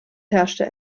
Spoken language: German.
herrschte